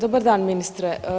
Dobar dan ministre.